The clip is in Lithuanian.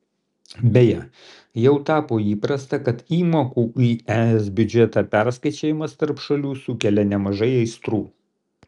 beje jau tapo įprasta kad įmokų į es biudžetą perskaičiavimas tarp šalių sukelia nemažai aistrų